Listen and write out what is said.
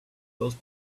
those